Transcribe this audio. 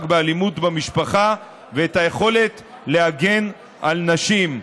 באלימות במשפחה ואת היכולת להגן על נשים,